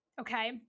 okay